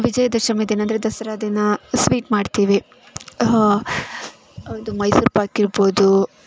ವಿಜಯದಶಮಿ ದಿನ ಅಂದರೆ ದಸ್ರಾ ದಿನ ಸ್ವೀಟ್ ಮಾಡ್ತೀವಿ ಅದು ಮೈಸೂರ್ಪಾಕ್ ಇರ್ಬೋದು